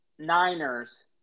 Niners